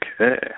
Okay